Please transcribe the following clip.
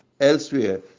Elsewhere